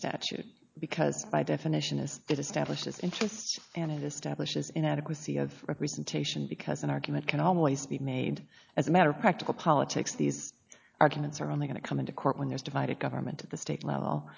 statute because by definition is it establishes interests and it establishes inadequacy of representation because an argument can always be made as a matter of practical politics these arguments are only going to come into court when there's divided government at the state level